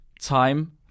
time